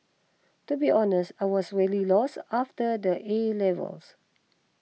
to be honest I was really lost after the A levels